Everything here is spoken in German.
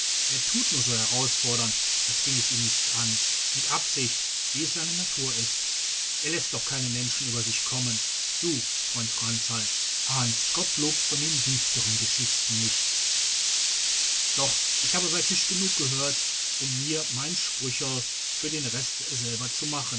er tut nur so herausfordernd als ginge es ihn nichts an mit absicht wie es seine natur ist er läßt doch keinen menschen über sich kommen du freund franzl ahnst gottlob von den düsteren geschichten nichts doch ich hab bei tisch genug gehört um mir mein sprüchel für den rest selber zu machen